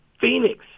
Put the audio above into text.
Phoenix